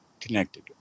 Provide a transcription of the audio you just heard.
connected